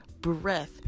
breath